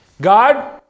God